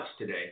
today